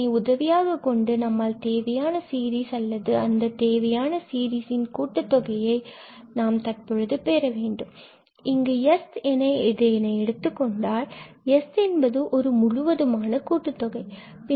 இதனை உதவியாகக் கொண்டு நம்மால் தேவையான சீரிஸ் அல்லது அந்த தேவையான சீரிஸின் கூட்டுத் தொகையை நாம் தற்பொழுது பெற வேண்டும் இங்கு S என எடுத்துக் கொண்டால் S இது ஒரு முழுவதுமான கூட்டுத்தொகை ஆகும்